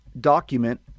document